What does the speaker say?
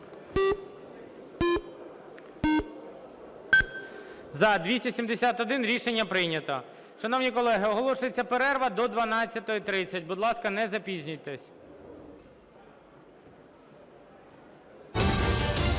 За-271 Рішення прийнято. Шановні колеги, оголошується перерва до 12:30. Будь ласка, не запізнюйтесь.